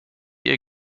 ihr